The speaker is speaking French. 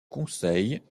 conseil